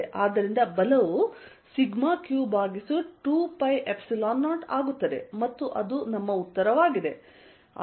ಆದ್ದರಿಂದ ಬಲವು σq ಭಾಗಿಸು 20 ಆಗುತ್ತದೆ ಮತ್ತು ಅದು ಉತ್ತರವಾಗಿದೆ